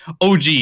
OG